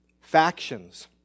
factions